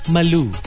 Malu